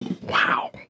Wow